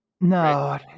No